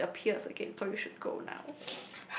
before it appears again so we should go now